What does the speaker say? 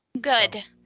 Good